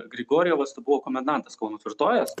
grigorjevas tai buvo komendantas kauno tvirtovės